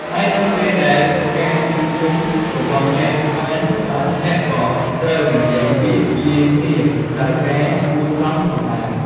ហើយនៅពេលដែលការជួបជុំរបស់អ្នកបានចប់អ្នកក៏ត្រូវនិយាយពាក្យ លាគ្នាដោយការគួរសមផងដែរ។